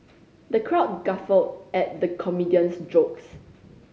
the crowd guffawed at the comedian's jokes